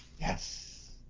Yes